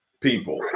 people